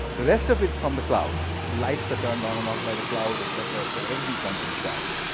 the rest of it's from the cloud. the lights are turned on and off by the cloud, etc, etc, everything's done from the cloud.